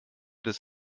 des